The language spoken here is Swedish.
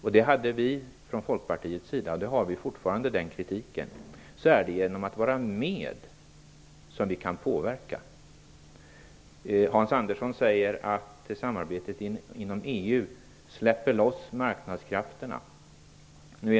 Vi har från Folkpartiets sida framfört och framför fortfarande sådan kritik. Hans Andersson säger att samarbetet inom EU släpper loss marknadskrafterna.